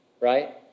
right